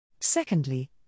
Secondly